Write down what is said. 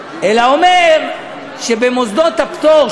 אלא אומר שבמוסדות הפטור,